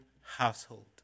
household